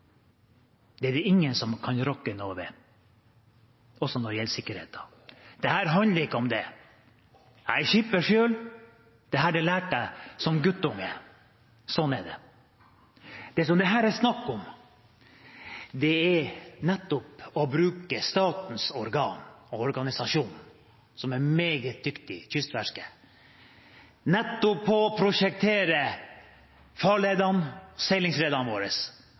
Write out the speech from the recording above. det er det ingen som kan rokke ved – også når det gjelder sikkerhet. Dette handler ikke om det. Jeg er skipper selv, og dette lærte jeg som guttunge. Slik er det. Dette handler om å bruke statens organ og organisasjon – i dette tilfellet Kystverket, som er meget dyktige – til å prosjektere farledene og seilingsledene våre,